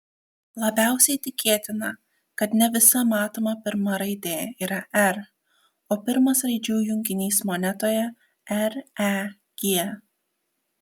labiausiai tikėtina kad ne visa matoma pirma raidė yra r o pirmas raidžių junginys monetoje reg